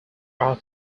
are